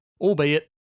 albeit